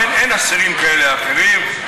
אין אסירים אחרים כאלה,